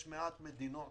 יש מעט מדינות